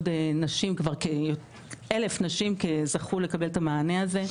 וכבר כ-1,000 נשים מקבלות את המענה הזה,